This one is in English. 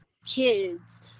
kids